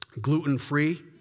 gluten-free